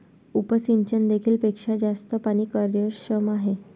उपसिंचन देखील पेक्षा जास्त पाणी कार्यक्षम आहे